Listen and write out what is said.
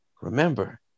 remember